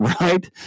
right